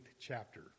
chapter